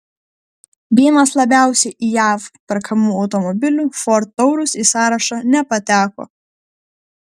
vienas labiausiai jav perkamų automobilių ford taurus į sąrašą nepateko